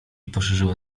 poszerzyła